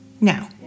Now